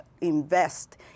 invest